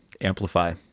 Amplify